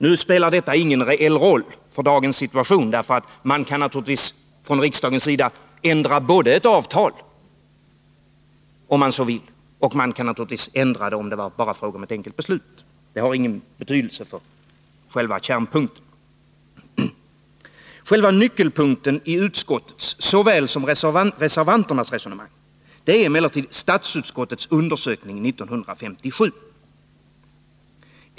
Nu spelar detta ingen reell roll för dagens situation, därför att riksdagen naturligtvis kan ändra avtalet om man så vill och självfallet också kan göra en ändring om det är fråga om ett vanligt enkelt beslut — det har ingen betydelse för själva kärnfrågan. Själva nyckelpunkten i utskottets såväl som reservanternas resonemang är emellertid statsutskottets undersökning 1957.